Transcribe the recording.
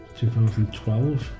2012